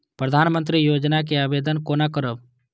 प्रधानमंत्री योजना के आवेदन कोना करब?